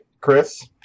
Chris